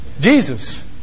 Jesus